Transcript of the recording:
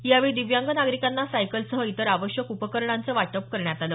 यावेळी दिव्यांग नागरिकांना सायकलसह इतर आवश्यक उपकरणांचं वाटप करण्यात आलं